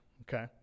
Okay